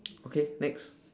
okay next